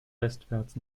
westwärts